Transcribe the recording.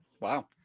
Wow